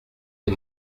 les